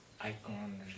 icon